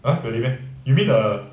!huh! really meh you mean err